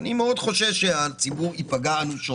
אני מאוד חושש שהציבור ייפגע אנושות.